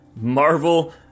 Marvel